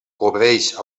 cobreix